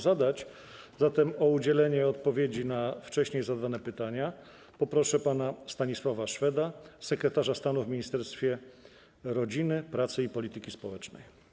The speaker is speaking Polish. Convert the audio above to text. Zatem o udzielenie odpowiedzi na wcześniej zadane pytania poproszę pana Stanisława Szweda, sekretarza stanu w Ministerstwie Rodziny i Polityki Społecznej.